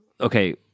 okay